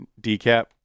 Decap